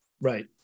Right